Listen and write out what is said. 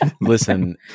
listen